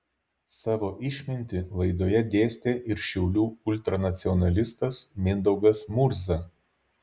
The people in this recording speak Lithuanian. savo išmintį laidoje dėstė ir šiaulių ultranacionalistas mindaugas murza